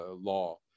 law